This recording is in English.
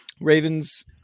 Ravens